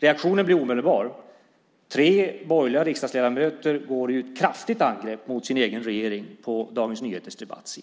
Reaktionen blir omedelbar. Tre borgerliga riksdagsledamöter går till kraftigt angrepp mot sin egen regering på Dagens Nyheters Debatt.